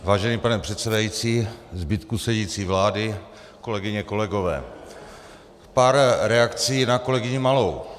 Vážený pane předsedající, zbytku sedící vlády, kolegyně, kolegové, pár reakcí na kolegyni Malou.